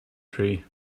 tree